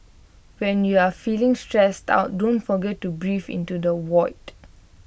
when you are feeling stressed out don't forget to breathe into the void